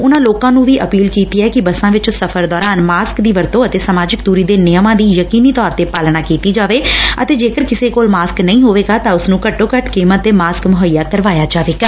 ਉਨਾਂ ਲੋਕਾਂ ਨੰ ਅਪੀਲ ਵੀ ਕੀਤੀ ਕਿ ਬੱਸਾਂ ਵਿਚ ਸਫ਼ਰ ਦੌਰਾਨ ਮਾਸਕ ਦੀ ਵਰਤੋਂ ਅਤੇ ਸਮਾਜਿਕ ਦੁਰੀ ਦੇ ਨਿਯਮਾਂ ਦੀ ਯਕੀਨੀ ਤੌਰੱ ਤੇ ਪਾਲਣਾ ਕੀਤੀ ਜਾਵੇ ਅਤੇ ਜੇਕਰ ਕਿਸੇ ਕੋਲ ਮਾਸਕ ਨਹੀ ਹੋਵੇਗਾ ਤਾ ਊਸ ਨੂੰ ਘੱਟੋ ਘੱਟ ਕੀਮਤ ਤੇ ਮਾਸਕ ਮੁਹੱਈਆ ਕਰਾਇਆ ਜਾਏਗਾ